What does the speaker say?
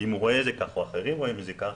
אם הוא רואה את זה כך או אחרים רואים את זה כך,